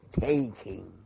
taking